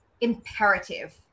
imperative